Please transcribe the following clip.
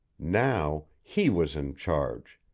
now he was in charge,